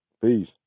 Peace